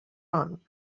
run